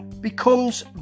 Becomes